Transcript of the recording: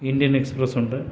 Indian എക്സ്പ്രസ്സുണ്ട്